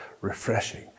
refreshing